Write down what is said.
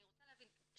אני רוצה להבין,